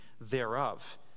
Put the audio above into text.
thereof